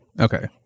Okay